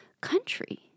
country